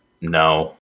no